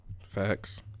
Facts